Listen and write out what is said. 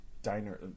diner